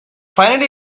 finally